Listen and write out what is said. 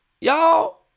y'all